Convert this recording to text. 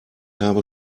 habe